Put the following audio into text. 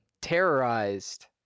terrorized